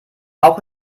auch